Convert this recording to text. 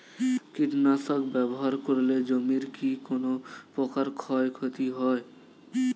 কীটনাশক ব্যাবহার করলে জমির কী কোন প্রকার ক্ষয় ক্ষতি হয়?